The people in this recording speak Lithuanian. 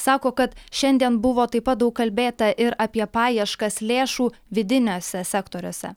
sako kad šiandien buvo taip pat daug kalbėta ir apie paieškas lėšų vidiniuose sektoriuose